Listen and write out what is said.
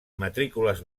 matrícules